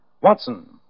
Watson